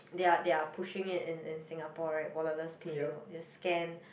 they're they're pushing it in in Singapore right wallet less pay you know you scan